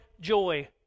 joy